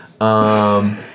Um-